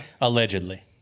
Allegedly